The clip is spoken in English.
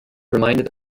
reminded